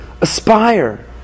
Aspire